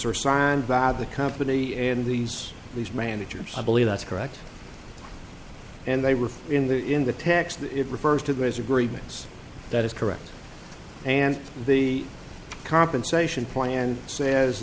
are signed by the company and these these managers i believe that's correct and they were in the in the text that it refers to as agreements that is correct and the compensation plan says